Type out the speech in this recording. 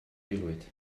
aelwyd